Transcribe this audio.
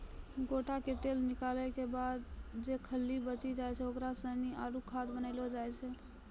गोटा से तेल निकालो के बाद जे खल्ली बची जाय छै ओकरा सानी आरु खाद बनैलो जाय छै